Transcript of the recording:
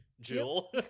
Jill